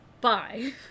Bye